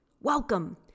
Welcome